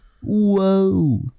Whoa